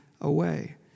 away